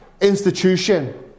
institution